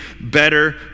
better